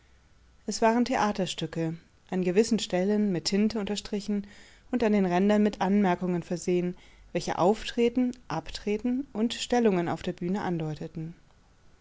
es waren theaterstücke an gewissen stellen mit tinte unterstrichen und an den rändern mit anmerkungen versehen welche auftreten abtreten und stellungen auf der bühne andeuteten